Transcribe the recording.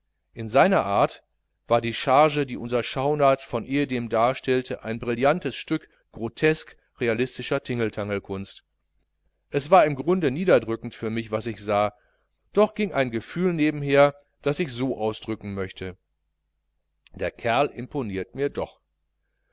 in seiner art war die charge die unser schaunard von ehedem darstellte ein brillantes stück grotesk realistischer tingeltangelkunst es war im grunde niederdrückend für mich was ich sah und doch ging ein gefühl nebenher das ich so ausdrücken möchte der kerl imponiert mir doch